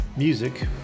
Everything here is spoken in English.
Music